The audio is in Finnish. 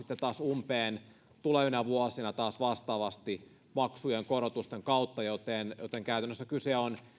umpeen tulevina vuosina taas vastaavasti maksujen korotusten kautta joten käytännössä kyse on